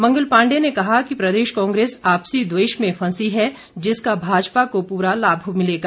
मंगल पांडे ने कहा कि प्रदेश कांग्रेस आपसी द्वेष में फंसी है जिसका भाजपा को पूरा लाभ मिलेगा